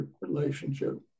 relationship